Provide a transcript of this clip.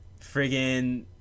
friggin